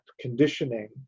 conditioning